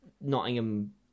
Nottingham